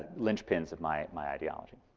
linchpins of my my ideology.